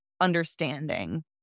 understanding